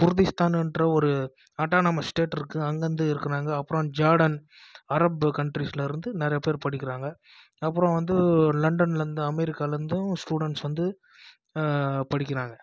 குருதிஸ்த்தான்கிற ஒரு அட்டோனோமஸ் ஸ்டேட்டிருக்கு அங்கிருந்து இருக்கிறாங்க அப்புறம் ஜேடன் அரபு கண்ட்ரீஸ்லிருந்து நிறையா பேர் படிக்கிறாங்க அப்புறம் வந்து லண்டன்லிருந்து அமெரிக்காலேருந்தும் ஸ்டூடண்ஸ் வந்து படிக்கிறாங்க